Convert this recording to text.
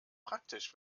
praktisch